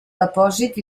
depòsit